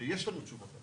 שיש לנו תשובות.